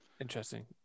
Interesting